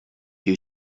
you